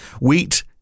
Wheat